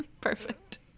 Perfect